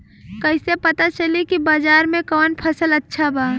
कैसे पता चली की बाजार में कवन फसल अच्छा बा?